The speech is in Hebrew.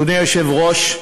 אדוני היושב-ראש,